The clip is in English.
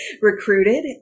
recruited